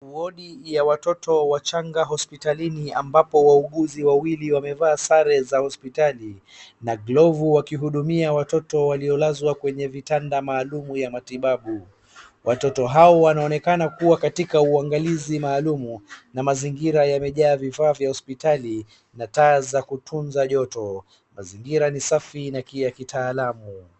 Wodi ya watoto wachanga hospitalini ambapo wauguzi wawili wamevaa sare za hospitali na glovu wakihudumia watoto waliolazwa kwenye kitanda maalum ya matibabu, watoto hawa wanaonekana kuwa katika maangalizi maalum na mazingira yamejaa vifaa vya hospitali na taa za kutunza joto, mazingira ni safi na ya kitaalamu.